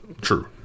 True